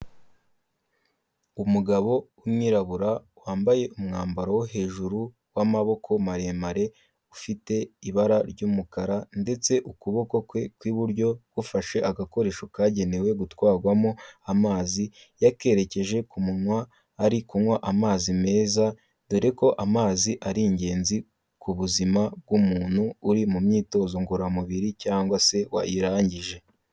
Umugabo w'umwirabura wambaye umwambaro wo hejuru w'amaboko maremare, ufite ibara ry'umukara ndetse ukuboko kwe kw'iburyo gufashe agakoresho kagenewe gutwarwamo amazi yakererekeje ku munwa ari kunywa amazi meza dore ko amazi ari ingenzi ku buzima bw'umuntu uri mu myitozo ngororamubiri cyangwa se wayirangije.